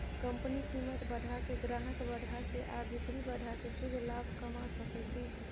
company कीमत बढ़ा के, ग्राहक बढ़ा के आ बिक्री बढ़ा कें शुद्ध लाभ कमा सकै छै